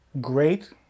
Great